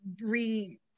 re